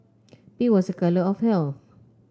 pink was a colour of health